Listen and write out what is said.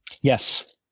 Yes